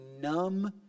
numb